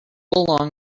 along